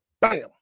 Bam